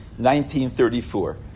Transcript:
1934